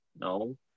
No